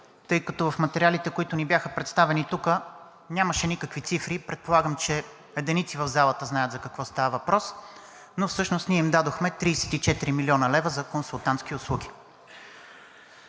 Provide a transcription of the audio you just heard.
Тъй като в материалите, които ни бяха представени тук, нямаше никакви цифри и предполагам, че единици в залата знаят за какво става въпрос, но всъщност ние им дадохме 34 млн. лв. за консултантски услуги.